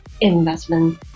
investment